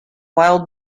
wild